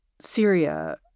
Syria